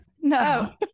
no